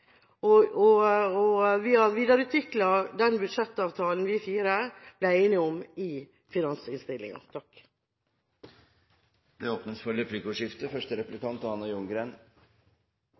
og vi har videreutviklet den budsjettavtalen de fire partiene ble enige om i finansinnstillinga. Det blir replikkordskifte.